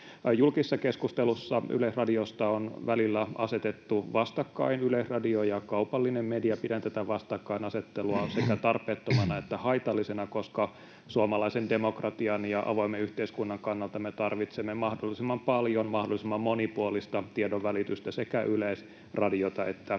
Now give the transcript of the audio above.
Julkisessa keskustelussa Yleisradiosta on välillä asetettu vastakkain Yleisradio ja kaupallinen media. Pidän tätä vastakkainasettelua sekä tarpeettomana että haitallisena, koska suomalaisen demokratian ja avoimen yhteiskunnan kannalta me tarvitsemme mahdollisimman paljon mahdollisimman monipuolista tiedonvälitystä, sekä Yleisradiota että yksityisiä